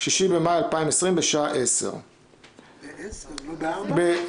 6 במאי 2020 בשעה 10:00. לא ב-16:00?